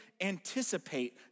anticipate